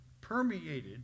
permeated